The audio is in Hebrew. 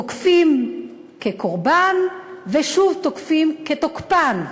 תוקפים כקורבן ושוב תוקפים כתוקפן.